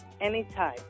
anytime